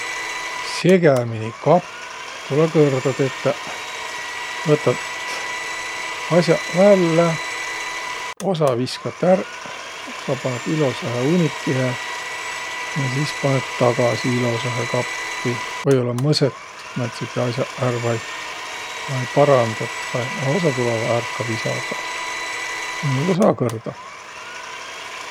Segämini kapp tulõ kõrda tetäq. Võtat as'aq vällä, osa viskat ärq, osa panõt ilosahe unikihe ja sis panõt tagasi ilosahe kappi. Või-ollaq mõsõt määntsegiq as'aq ärq vai, vai parandat vai, a osaq tulõvaq ärq ka visadaq. Niimuudu saa kõrda.